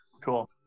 cool